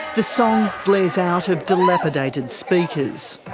the song blares out of dilapidated speakers.